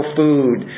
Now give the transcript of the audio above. food